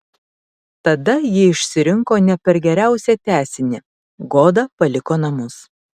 tada ji išsirinko ne per geriausią tęsinį goda paliko namus